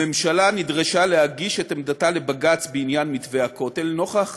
הממשלה נדרשה להגיש את עמדתה לבג"ץ בעניין מתווה הכותל נוכח